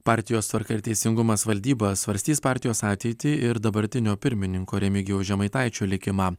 partijos tvarka ir teisingumas valdyba svarstys partijos ateitį ir dabartinio pirmininko remigijaus žemaitaičio likimą